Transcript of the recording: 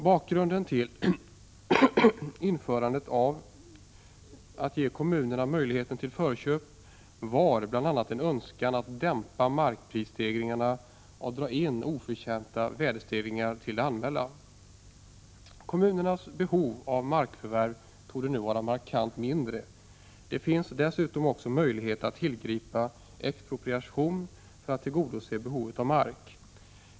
Bakgrunden till införandet av kommunernas möjlighet till förköp var bl.a. en önskan att dämpa markprisstegringen och att dra in oförtjänt värdestegring till det allmänna. Kommunernas behov av markförvärv torde nu vara markant mindre. Det finns dessutom möjlighet att tillgripa expropriation för att tillgodose behovet av mark.